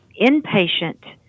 inpatient